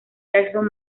jackson